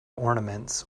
ornaments